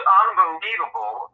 unbelievable